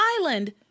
island